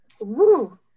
Woo